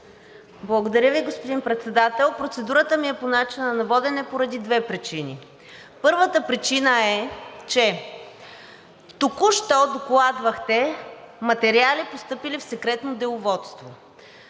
Благодаря Ви. Господин Председател, процедурата ми е по начина на водене поради две причини. Първата причина е, че току-що докладвахте материали, постъпили в Секретно деловодство.